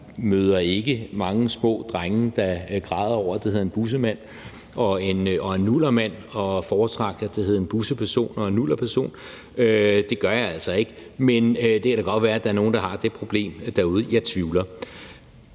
Jeg møder ikke mange små drenge, der græder over, at det hedder en bussemand og en nullermand og foretrak, at det hed en busseperson og en nullerperson. Det gør jeg altså ikke. Men det kan da godt være, at der er nogen, der har det problem derude. Jeg tvivler.